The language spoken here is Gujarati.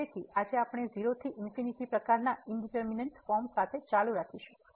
તેથી આજે આપણે 0 થી પ્રકારનાં ઇનડીટરમીનેટ ફોર્મ સાથે ચાલુ રાખીશું